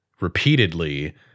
repeatedly